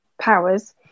powers